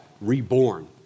reborn